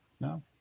No